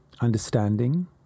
understanding